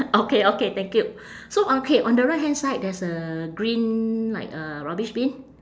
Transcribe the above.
okay okay thank you so on K on the right hand side there's a green like a rubbish bin